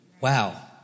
Wow